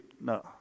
No